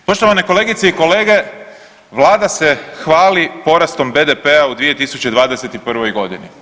Poštovane kolegice i kolege, vlada se hvali porastom BDP-a u 2021. godini.